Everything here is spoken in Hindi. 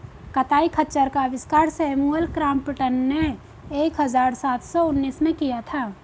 कताई खच्चर का आविष्कार सैमुअल क्रॉम्पटन ने एक हज़ार सात सौ उनासी में किया था